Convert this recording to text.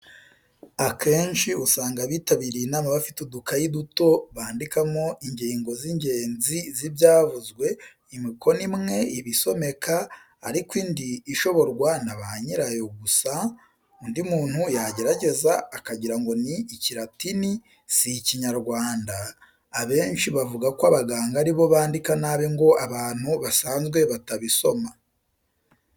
Akenshi usanga abitabiriye inama bafite udukayi duto bandikamo ingingo z'ingenzi z'ibyavuzwe; imikono imwe iba isomeka ariko indi ishoborwa na ba nyirayo gusa, undi muntu yagerageza akagirango ni Ikiratini si Ikinyarwanda, abenshi bavuga ko abaganga ari bo bandika nabi ngo abantu basanzwe batabisoma.